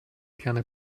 gerne